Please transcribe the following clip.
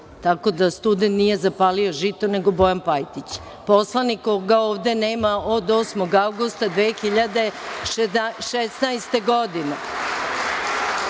Tako da student nije zapalio žito, nego Bojan Pajtić, poslanik koga ovde nema od 8. avgusta 2016. godine.